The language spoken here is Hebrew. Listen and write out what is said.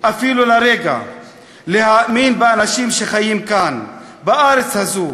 אפילו לרגע להאמין באנשים שחיים כאן, בארץ הזאת.